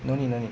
no need no need